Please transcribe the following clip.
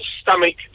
stomach